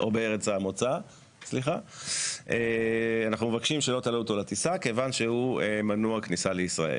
המוצא ולבקש לא להעלות אותו לטיסה מכיוון שהוא מנוע כניסה לישראל.